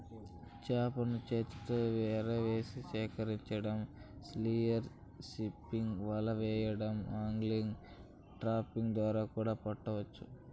చేపలను చేతితో ఎరవేసి సేకరించటం, స్పియర్ ఫిషింగ్, వల వెయ్యడం, ఆగ్లింగ్, ట్రాపింగ్ ద్వారా కూడా పట్టవచ్చు